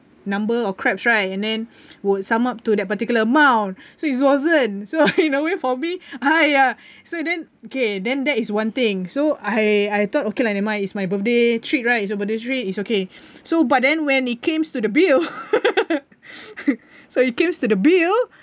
number of crabs right and then would sum up to that particular amount so it wasn't so in a way for me !aiya! so then okay then that is one thing so I I thought okay lah never mind it's my birthday treat right is a birthday treat is okay so but then when it came to the bill so it cames to the bill